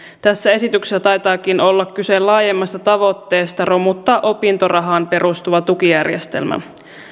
tässä esityksessä taitaakin olla kyse laajemmasta tavoitteesta romuttaa opintorahaan perustuva tukijärjestelmä